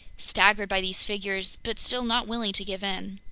staggered by these figures but still not willing to give in.